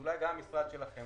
אולי גם המשרד שלכם,